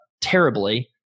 terribly